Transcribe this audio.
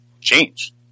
change